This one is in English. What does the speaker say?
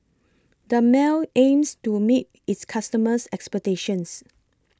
Dermale aims to meet its customers' expectations